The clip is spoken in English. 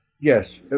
Yes